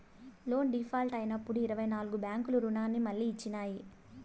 loan default అయినప్పుడు ఇరవై నాల్గు బ్యాంకులు రుణాన్ని మళ్లీ ఇచ్చినాయి